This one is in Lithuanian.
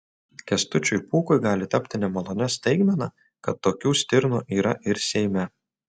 kęstučiui pūkui gali tapti nemalonia staigmena kad tokių stirnų yra ir seime